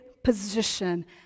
position